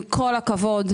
עם כל הכבוד,